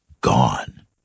gone